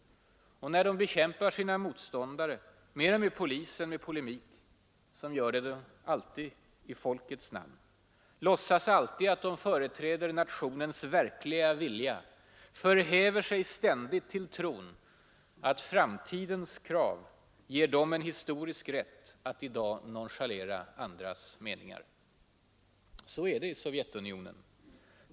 Och när de bekämpar sina motståndare mera med polis än med polemik så gör de det alltid i folkets namn, låtsas alltid att de företräder nationens ”verkliga” vilja, förhäver sig ständigt till tron att framtidens krav ger dem en historisk rätt att i dag nonchalera andras meningar. Så är det i Sovjetunionen.